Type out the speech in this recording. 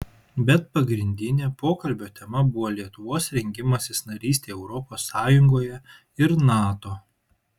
bet pagrindinė pokalbio tema buvo lietuvos rengimasis narystei europos sąjungoje ir nato